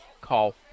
call